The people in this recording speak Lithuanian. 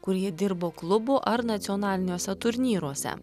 kurie dirbo klubų ar nacionaliniuose turnyruose